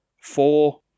four